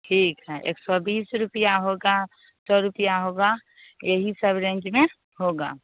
ठीक है एक सौ बीस रुपये होगा सौ रुपये होगा यही सब रेंज में होगा